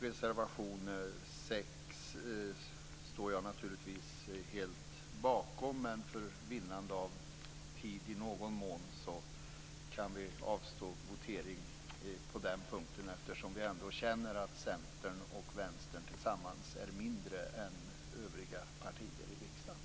Reservation 6 står jag naturligtvis helt bakom, men för vinnande av tid i någon mån kan vi avstå från votering på den punkten eftersom vi ändå känner att Centern och Vänstern tillsammans är mindre än övriga partier i riksdagen.